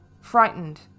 Frightened